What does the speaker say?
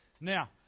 now